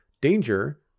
danger